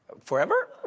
forever